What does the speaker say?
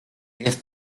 jest